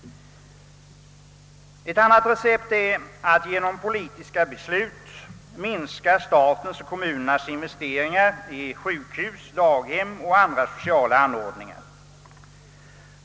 Ett annat recept är att genom politiska beslut minska statens och kommunernas investeringar i sjukhus, daghem och andra sociala anordningar.